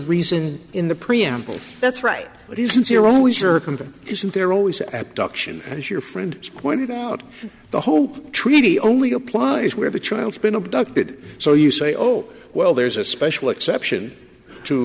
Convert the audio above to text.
reason in the preamble that's right but isn't your own weezer isn't there always abduction as your friend pointed out the whole treaty only applies where the child's been abducted so you say oh well there's a special exception to